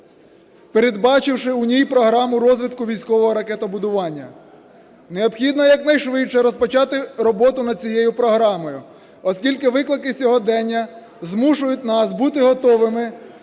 передбачивши у ній програму розвитку військового ракетобудування. Необхідно якнайшвидше розпочати роботу над цією програмою, оскільки виклики сьогодення змушують нас бути готовими